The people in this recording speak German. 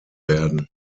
werden